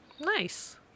Nice